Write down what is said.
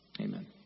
Amen